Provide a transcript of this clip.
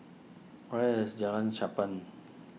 where is Jalan Cherpen